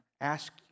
ask